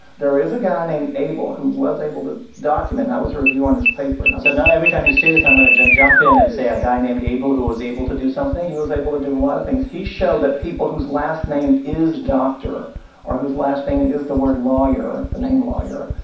there is a guy named abel who was able to document, and i was a reviewer on his paper and i. so now every time you say this, i'm going to jump jump in and say a guy named abel who was able to do something he was able to do a lot of things. he showed that people whose last name is doctor or whose last name is the word lawyer, the name lawyer,